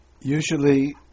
Usually